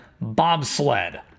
bobsled